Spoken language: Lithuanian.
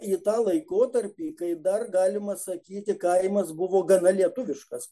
į tą laikotarpį kai dar galima sakyti kaimas buvo gana lietuviškas